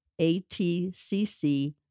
ATCC